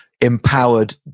empowered